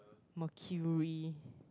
mercury